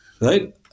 Right